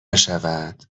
شود